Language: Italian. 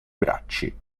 bracci